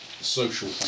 social